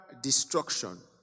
destruction